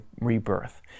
rebirth